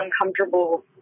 uncomfortable